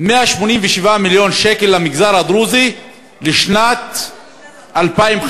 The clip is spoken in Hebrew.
187 מיליון שקל למגזר הדרוזי לשנת 2015,